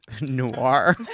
noir